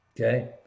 Okay